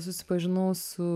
susipažinau su